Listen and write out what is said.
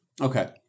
Okay